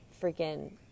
freaking